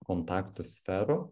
kontaktų sferų